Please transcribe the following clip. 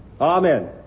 Amen